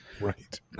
right